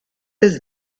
does